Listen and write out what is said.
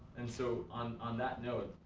and so on on that note,